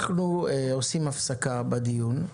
אנו עושים הפסקה בדיון.